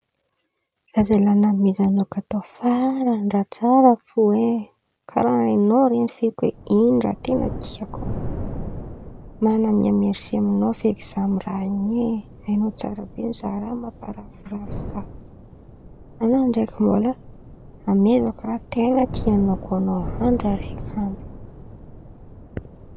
Zaho zalahy namezan̈ao kadô faran̈y raha tsara fo e, karàha hain̈ao ren̈y feky oe ino raha ten̈a tiako, manamia mersy amin̈ao feky zaho amy raha in̈y e, hain̈ao tsara mizaha raha mamparavoravo zaho, an̈ao ndraiky mbala amezako raha ten̈a tian̈ao koa an̈ao andra raiky an̈y.